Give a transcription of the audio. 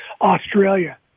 Australia